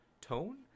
tone